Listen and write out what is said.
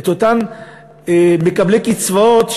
אלה אותם מקבלי קצבאות,